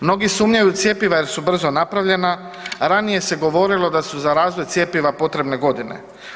Mnogi sumnjaju u cjepiva jer su brzo napravljena, ranije se govorimo da su za razvoj cjepiva potrebne godine.